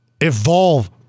Evolve